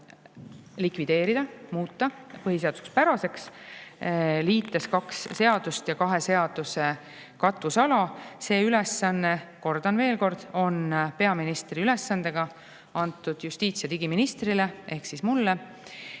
likvideerida, muuta see põhiseaduspäraseks, liites kaks seadust ja kahe seaduse katvusala. See ülesanne, kordan veel kord, on peaministri ülesandega antud justiits- ja digiministrile ehk siis mulle.